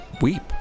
Weep